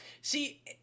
see